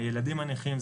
הילדים הנכים,